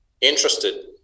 interested